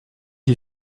die